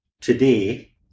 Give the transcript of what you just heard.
today